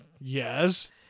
Yes